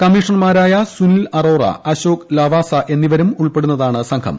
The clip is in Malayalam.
കമ്മീഷണർമാരായ സുനിൽ അറോറ അശോക് ലാവാസാ എന്നിവരും ഉൾപ്പെടുന്നതാണ് സംഘം